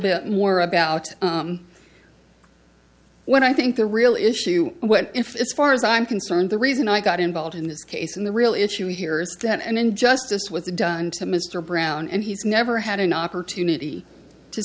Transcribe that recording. bit more about what i think the real issue what if it's far as i'm concerned the reason i got involved in this case in the real issue here is that an injustice was done to mr brown and he's never had an opportunity to